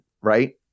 right